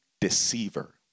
deceiver